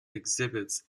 exhibits